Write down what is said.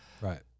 Right